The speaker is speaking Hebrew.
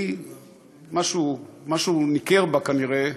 משהו ניקר בה כנראה,